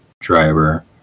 driver